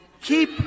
keep